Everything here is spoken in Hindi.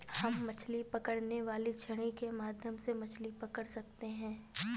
हम मछली पकड़ने वाली छड़ी के माध्यम से मछली पकड़ सकते हैं